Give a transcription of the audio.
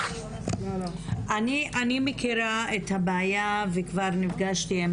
אני מכירה את הבעיה וכבר נפגשתי עם